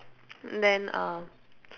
then uh